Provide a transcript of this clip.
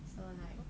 so like